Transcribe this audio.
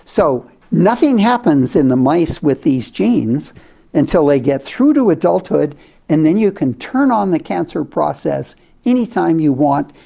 so nothing happens in the mice with these genes until they get through to adulthood and then you can turn on the cancer process any time you want,